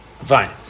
Fine